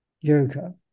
yoga